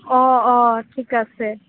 অঁ অঁ ঠিক আছে